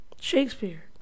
Shakespeare